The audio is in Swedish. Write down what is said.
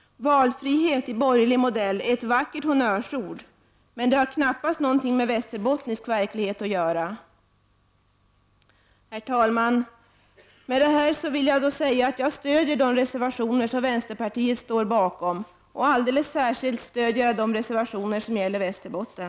Valfrihet i borgerlig modell är ett vackert honnörsord, men det har knappast något med västerbottnisk verklighet att göra. Herr talman! Med det här vill jag säga att jag stöder de reservationer som vänsterpartiet står bakom, och alldeles särskilt stöder jag de reservationer som gäller Västerbotten.